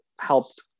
helped